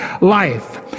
life